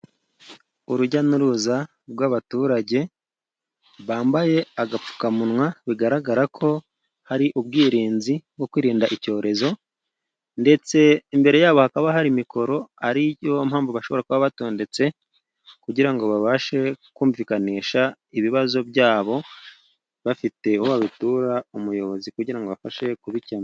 Urujya n'uruza rw'abaturage, bambaye agapfukamunwa bigaragara ko hari ubwirinzi, bwo kwirinda icyorezo. Imbere yabo hakaba hari mikoro, ariyo mpamvu bashobora kuba batondetse, kugira ngo babashe kumvikanisha ibibazo byabo bafite, babitura umuyobozi kugira ngo abafashe kubikemura.